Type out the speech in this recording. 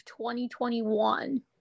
2021